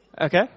okay